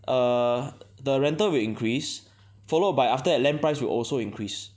err the rental will increase followed by after that land price will also increase